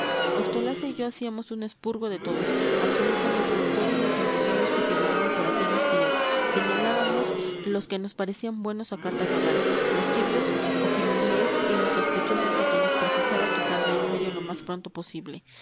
ostolaza y yo hacíamos un espurgo de todos absolutamente de todos los individuos que figuraban por aquellos días señalábamos los que nos parecían buenos a carta cabal los tibios o fililíes y los sospechosos a quienes precisaba quitar de en medio lo más pronto posible